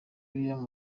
lilian